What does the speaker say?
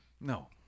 No